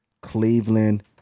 Cleveland